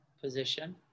position